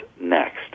next